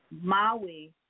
Maui